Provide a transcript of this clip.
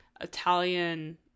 Italian